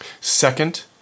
Second